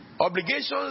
Obligations